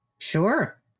Sure